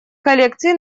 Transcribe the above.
коллекций